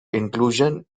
inclusion